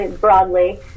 broadly